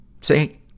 say